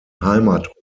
heimatort